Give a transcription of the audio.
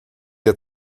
der